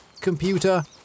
computer